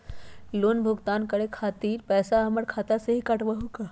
Loan भुगतान करे के खातिर पैसा हमर खाता में से ही काटबहु का?